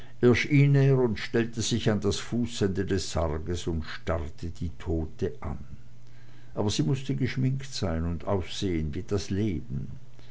und stellte sich an das fußende des sarges und starrte die tote an aber sie mußte geschminkt sein und aussehen wie das leben